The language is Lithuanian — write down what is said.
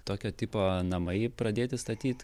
tokio tipo namai pradėti statyt